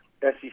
SEC